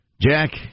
Jack